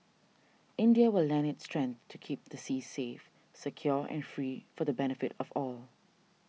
India will lend its strength to keep the seas safe secure and free for the benefit of all